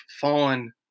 fallen